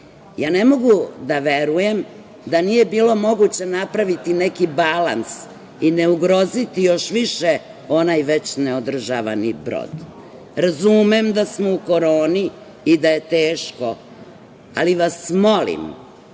mogu da verujem da nije bilo moguće napraviti neki balans i ne ugroziti još više onaj već neodržavani brod. Razumem da smo u koroni i da je teško, ali vas molim